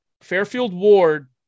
Fairfield-Ward